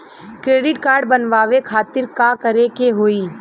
Credit card बनवावे खातिर का करे के होई?